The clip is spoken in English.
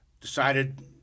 decided